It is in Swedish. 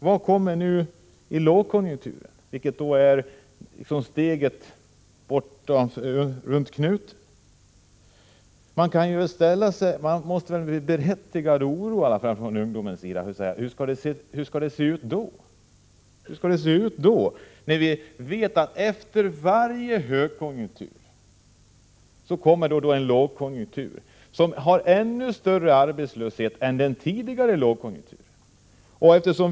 Vad kommer då att hända när vi får den lågkonjunktur som vi redan kan skymta runt knuten? Det är med berättigad oro ungdomen frågar hur arbetsmarknaden då kommer att se ut. Vi vet ju att det efter varje högkonjunktur kommer en lågkonjunktur med än större arbetslöshet än den som rådde under den lågkonjunktur som föregick högkonjunkturen.